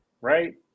right